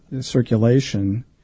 circulation